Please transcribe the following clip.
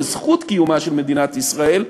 בזכות קיומה של מדינת ישראל,